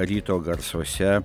ryto garsuose